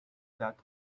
that